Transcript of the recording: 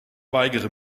weigere